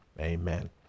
Amen